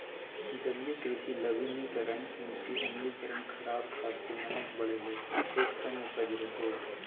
जलीय कृषि लवणीकरण मिटी अम्लीकरण खराब खाद से नमक बढ़े हइ खेत कम उपज होतो